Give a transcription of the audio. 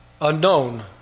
Unknown